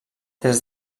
des